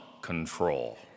control